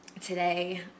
today